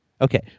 Okay